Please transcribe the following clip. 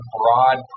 broad